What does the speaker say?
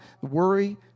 Worry